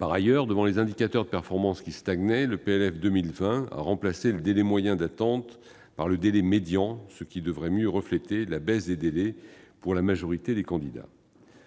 Par ailleurs, alors que les indicateurs de performance stagnaient, le PLF 2020 a remplacé le délai moyen d'attente par le délai médian, qui devrait mieux refléter la baisse des délais pour la majorité des candidats.